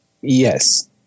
Yes